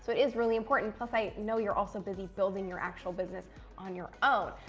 it is really important. plus, i know you're also busy building your actual business on your own.